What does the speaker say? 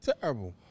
terrible